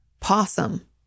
possum